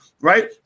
right